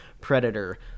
Predator